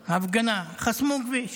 הפגנה, חסמו כביש.